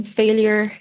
failure